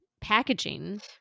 packaging